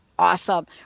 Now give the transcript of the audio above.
Awesome